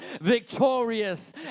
victorious